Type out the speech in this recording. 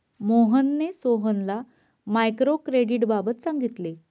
मोहनने सोहनला मायक्रो क्रेडिटबाबत सांगितले